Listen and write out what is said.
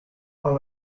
are